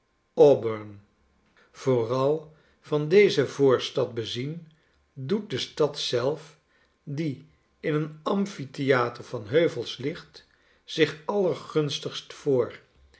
auburn yooral van deze voorstad bezien doet de stad zelf die in een amphitheater van heuvels ligt zich allergunstigst voor